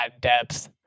depth